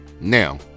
Now